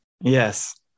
Yes